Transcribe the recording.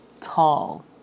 tall